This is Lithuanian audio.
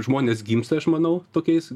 žmonės gimsta aš manau tokiais